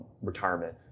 retirement